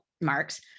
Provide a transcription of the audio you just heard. marks